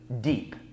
deep